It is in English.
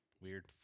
Weird